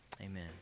amen